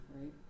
right